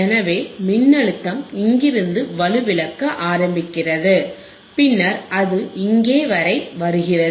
எனவே மின்னழுத்தம் இங்கிருந்து வலுவிழக்க ஆரம்பிக்கிறது பின்னர் அது இங்கே வரை வருகிறது